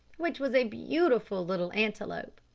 which was a beautiful little antelope.